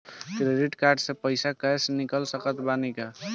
Credit card से पईसा cash निकाल सकत बानी की ना?